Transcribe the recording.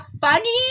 funny